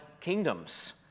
kingdoms